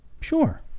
Sure